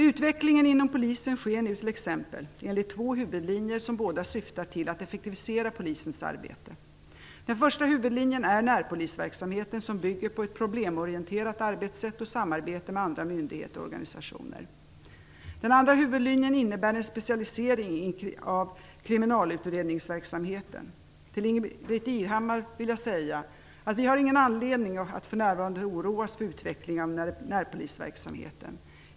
Utvecklingen inom polisen sker nu t.ex. enligt två huvudlinjer, som båda syftar till att effektivisera polisens arbete. Den första huvudlinjen är närpolisverksamheten som bygger på ett problemorienterat arbetssätt och på samarbete med andra myndigheter och organisationer. Den andra huvudlinjen innebär en specialisering av kriminalutredningsverksamheten. Till Ingbritt Irhammar vill jag säga att vi inte har någon anledning att för närvarande oroas över utvecklingen när det gäller närpolisverksamheten.